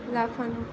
লাফানো